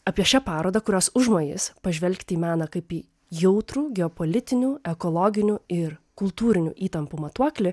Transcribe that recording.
apie šią parodą kurios užmojis pažvelgti į meną kaip į jautrų geopolitinių ekologinių ir kultūrinių įtampų matuoklį